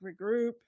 regroup